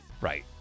Right